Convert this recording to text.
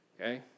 okay